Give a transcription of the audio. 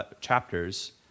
chapters